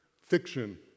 fiction